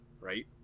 right